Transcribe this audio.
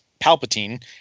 Palpatine